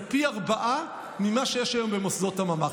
זה פי ארבעה ממה שיש היום במוסדות הממ"ח.